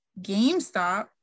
GameStop